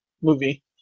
movie